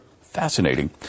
fascinating